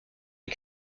est